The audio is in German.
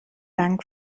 dank